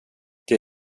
det